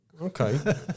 Okay